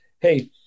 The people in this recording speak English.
Hey